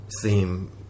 theme